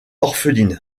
orpheline